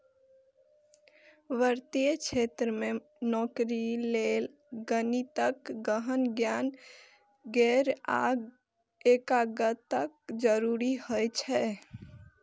वित्तीय क्षेत्र मे नौकरी लेल गणितक गहन ज्ञान, धैर्य आ एकाग्रताक जरूरत होइ छै